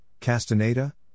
Castaneda